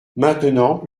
maintenant